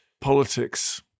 politics